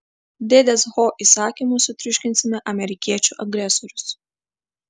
dėdės ho įsakymu sutriuškinsime amerikiečių agresorius